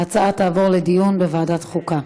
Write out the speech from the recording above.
ההצעה תעבור לדיון בוועדת החוקה.